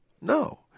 No